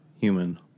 Human